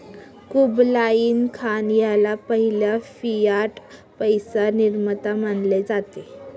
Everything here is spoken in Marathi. कुबलाई खान ह्याला पहिला फियाट पैसा निर्माता मानले जाते